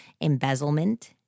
embezzlement